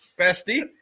Bestie